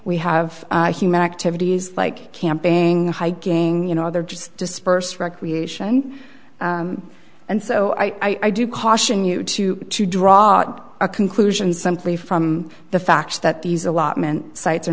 we have human activities like camping hiking you know other just disperse recreation and so i do caution you to to draw a conclusion simply from the fact that these allotment sites are